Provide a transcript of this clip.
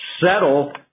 Settle